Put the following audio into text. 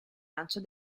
lancio